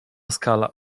skala